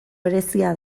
berezia